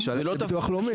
נשאל את הביטוח הלאומי.